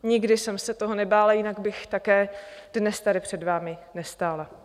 Nikdy jsem se toho nebála, jinak bych také dnes tady před vámi nestála.